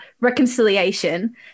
reconciliation